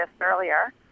earlier